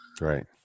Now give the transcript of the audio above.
right